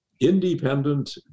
independent